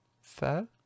Fair